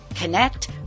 connect